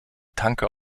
tanker